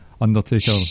Undertaker